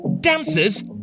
Dancers